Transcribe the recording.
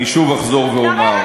אני שוב אחזור ואומר,